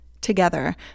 together